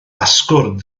asgwrn